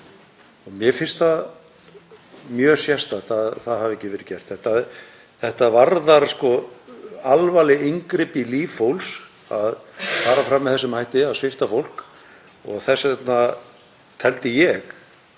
Mér finnst það mjög sérstakt að það hafi ekki verið gert. Þetta varðar alvarleg inngrip í líf fólks að fara fram með þessum hætti, að svipta fólk sjálfræði, og